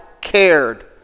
cared